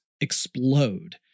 explode